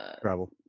travel